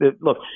look